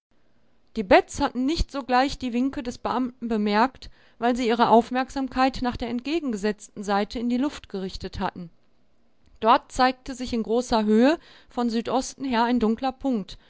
die beds hatten nicht sogleich die winke des beamten bemerkt weil sie ihre aufmerksamkeit nach der entgegengesetzten seite in die luft gerichtet hatten dort zeigte sich in großer höhe von südosten her ein dunkler punkt